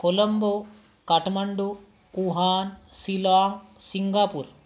कोलंबो काटमांडू कुहान शिलाँग सिंगापूर